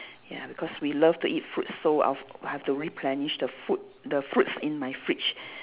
ya because we love to eat fruits so I've I have to replenish the food the fruits in my fridge